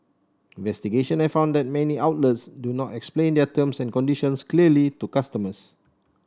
investigations have found that many outlets do not explain their terms and conditions clearly to customers